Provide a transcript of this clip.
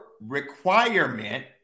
requirement